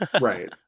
Right